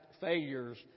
failures